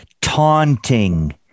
taunting